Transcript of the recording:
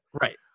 Right